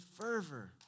fervor